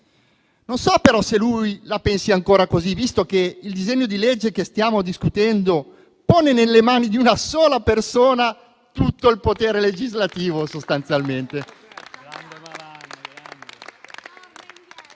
Non so però se lui la pensi ancora così, visto che il disegno di legge che stiamo discutendo pone sostanzialmente nelle mani di una sola persona tutto il potere legislativo.